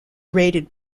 raided